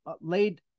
laid